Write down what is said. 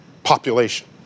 population